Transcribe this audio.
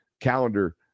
calendar